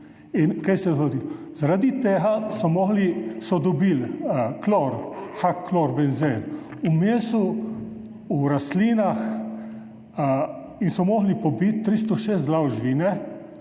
Zaradi tega so dobili klor, heksaklorobenzen v mesu, v rastlinah in so morali pobiti 306 glav živine,